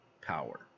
power